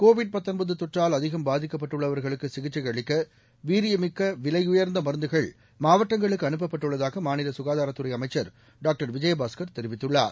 Covid தொற்றால் அதிகம் பாதிக்கப்பட்டுள்ளவர்களுக்கு சிகிச்சை அளிக்க வீரியமிக்க விலையுயர்ந்த மருந்துகள் மாவட்டங்களுக்கு அனுப்பப்பட்டுள்ளதாக மாநில சுகாதாரத்துறை அமைச்சர் டாக்டர் விஜயபாஸ்கர் தெரிவித்துள்ளார்